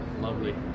Lovely